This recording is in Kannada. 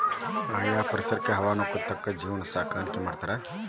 ಆಯಾ ಪರಿಸರಕ್ಕ ಹವಾಗುಣಕ್ಕ ತಕ್ಕಂಗ ಜೇನ ಸಾಕಾಣಿಕಿ ಮಾಡ್ತಾರ